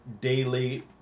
daily